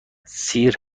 سیر